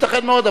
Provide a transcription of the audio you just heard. ייתכן מאוד,